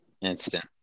instant